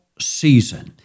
season